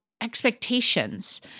expectations